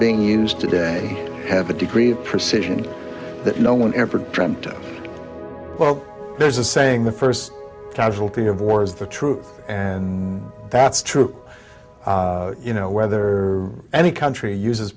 being used today have a degree of precision that no one ever dreamt there's a saying the first casualty of war is the truth and that's true you know whether any country uses